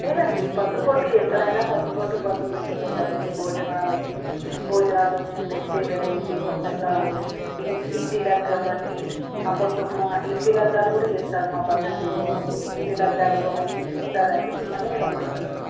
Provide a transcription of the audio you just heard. లేదండి పసుపు బొట్టు ఎక్కడైనా పసుపు బొట్టు పసుపు పెట్టినాకే కదండి భోజనాలకి భోజనాలు మేము పెట్టే వెరైటీ వంటకాలు ఇం ఇంటి లగ్గం అని అప్పట్లో మా ఇంటి లగ్గాలు కూడా చేస్తారు మా పద్ధతిలో ఇంటి లగ్గాలు అవన్నీ చూస్తారని మిమ్మల్ని రమ్మంటున్నాను